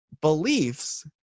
beliefs